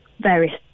various